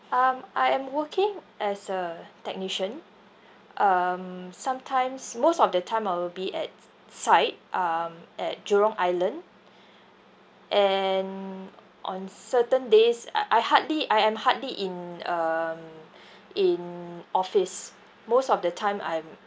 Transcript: um I am working as a technician um sometimes most of the time I will be at site um at jurong island and on certain days I I hardly I am hardly in um in office most of the time I'm